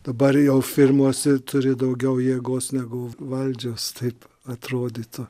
dabar jau firmos turi daugiau jėgos negu valdžios taip atrodytų